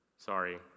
Sorry